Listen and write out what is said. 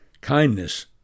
kindness